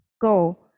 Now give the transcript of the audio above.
Go